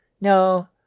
No